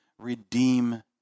redeem